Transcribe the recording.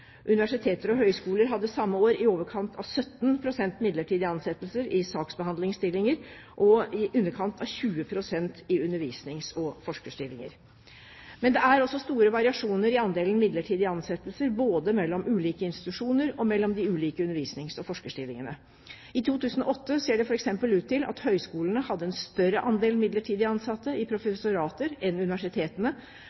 Universiteter og høgskoler hadde samme år i overkant av 17 pst. midlertidige ansettelser i saksbehandlingsstillinger og i underkant av 20 pst. i undervisnings- og forskerstillinger. Men det er også store variasjoner i andelen midlertidige ansettelser både mellom ulike institusjoner og mellom de ulike undervisnings- og forskerstillingene. I 2008 ser det f.eks. ut til at høgskolene hadde en større andel midlertidig ansatte i